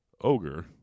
Ogre